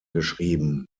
geschrieben